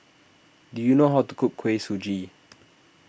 do you know how to cook Kuih Suji